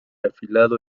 afilado